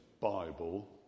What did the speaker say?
Bible